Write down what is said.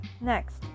Next